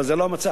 אבל זה לא המצב.